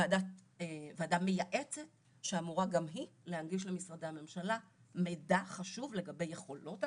ועדה מייעצת שאמורה גם היא להנגיש לממשלה מידע חשוב לגבי יכולות ההפחתה,